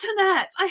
internet